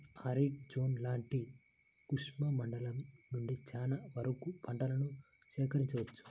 arid zone లాంటి శుష్క మండలం నుండి చాలా వరకు పంటలను సేకరించవచ్చు